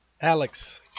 Alex